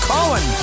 Cohen